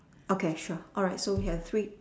okay sure all right so we have three